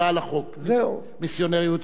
מיסיונריות יהודית, מיסיונריות מוסלמית,